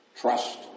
trust